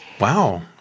Wow